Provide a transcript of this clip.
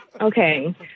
Okay